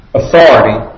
authority